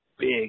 Big